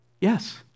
Yes